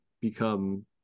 become